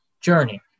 journey